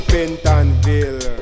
Pentonville